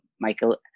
Michael